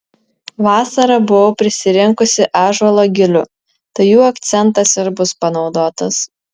vasarą buvau prisirinkusi ąžuolo gilių tai jų akcentas ir bus panaudotas